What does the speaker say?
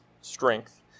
strength